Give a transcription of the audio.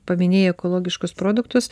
paminėjai ekologiškus produktus